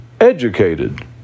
educated